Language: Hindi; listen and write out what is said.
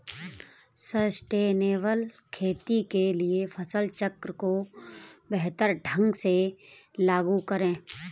सस्टेनेबल खेती के लिए फसल चक्र को बेहतर ढंग से लागू करें